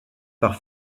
par